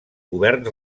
governs